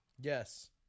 yes